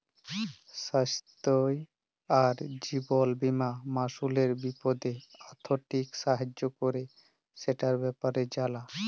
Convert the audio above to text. স্বাইস্থ্য আর জীবল বীমা মালুসের বিপদে আথ্থিক সাহায্য ক্যরে, সেটর ব্যাপারে জালা